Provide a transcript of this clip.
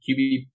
QB